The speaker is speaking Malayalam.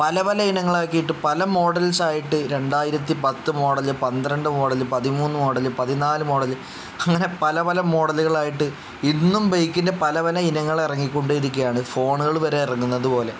പല പല ഇനങ്ങളാക്കിയിട്ട് പല മോഡൽസായിട്ട് രണ്ടായിരത്തി പത്ത് മോഡൽ പന്ത്രണ്ട് മോഡൽ പതിമൂന്ന് മോഡൽ പതിനാല് മോഡൽ അങ്ങനെ പല പല മോഡലുകളായിട്ട് ഇന്നും ബൈക്കിൻ്റെ പല പല ഇനങ്ങൾ ഇറങ്ങിക്കൊണ്ടു ഇരിക്കുകയാണ് ഫോണുകൾ വരെ ഇറങ്ങുന്നത് പോലെ